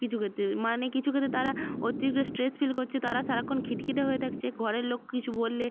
কিছু ক্ষেত্রে মানে কিছু ক্ষেত্রে তারা অতিরিক্ত স্ট্রেস ফিল করছে তারা সারাক্ষণ খিটখিটে হয়ে থাকছে ঘরের লোক কিছু বললে